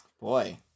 Boy